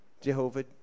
Jehovah